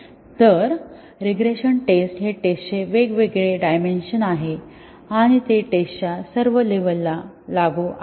तर regression test हे test चे वेगळे डायमेन्शन आहे आणि ते टेस्ट च्या सर्व लेव्हल ला लागू आहे